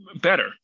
better